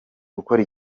gukora